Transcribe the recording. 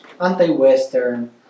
Anti-Western